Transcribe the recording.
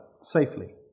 safely